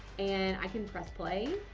and i can press play.